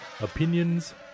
opinions